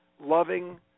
loving